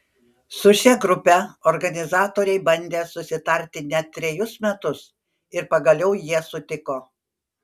su šia grupe organizatoriai bandė susitarti net trejus metus ir pagaliau jie sutiko